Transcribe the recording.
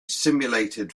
simulated